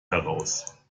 heraus